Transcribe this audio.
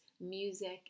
music